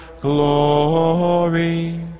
glory